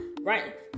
Right